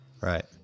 right